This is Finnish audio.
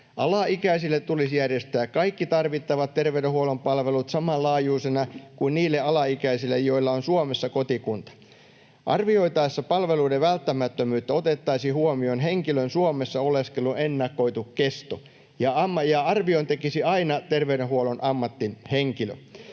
Alaikäisille tulisi järjestää kaikki tarvittavat terveydenhuollon palvelut saman laajuisena kuin niille alaikäisille, joilla on Suomessa kotikunta. Arvioitaessa palveluiden välttämättömyyttä otettaisiin huomioon henkilön Suomessa oleskelun ennakoitu kesto, ja arvion tekisi aina terveydenhuollon ammattihenkilö.